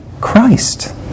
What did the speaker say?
Christ